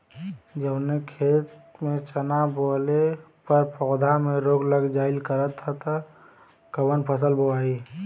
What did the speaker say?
जवने खेत में चना बोअले पर पौधा में रोग लग जाईल करत ह त कवन फसल बोआई?